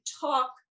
talk